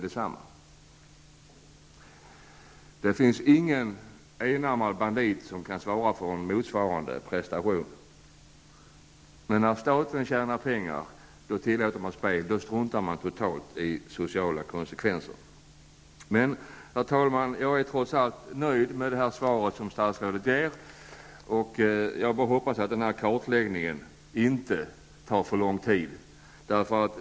Det finns inte någon ''enarmad bandit'' som kan göra motsvarande prestation. Men när staten tjänar pengar tillåts spel. Då struntar man totalt i de sociala konsekvenserna! Herr talman! Jag är trots allt nöjd med statsrådets svar. Jag hoppas att nämnda kartläggning inte tar för lång tid.